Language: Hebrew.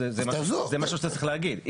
זה משהו שאתה צריך להגיד.